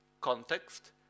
context